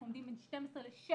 אנחנו לומדים בין 12 ל-16